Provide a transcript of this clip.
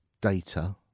data